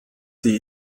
sie